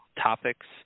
topics